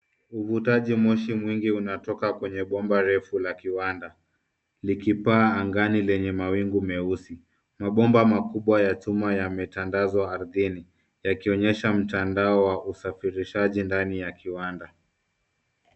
Uvutaji moshi mwingi unatoka kwenye bomba refu la kiwanda, likipaa angani yenye mawingu nyeusi. Mabomba makubwa ya chuma yametandazwa ardhini, yakionyesha mtandao wa usafirishaji ndani ya kiwanda.